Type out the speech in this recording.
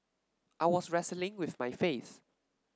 I was wrestling with my faith